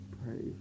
pray